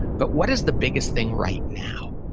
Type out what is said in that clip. but what is the biggest thing right now?